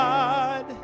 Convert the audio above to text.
God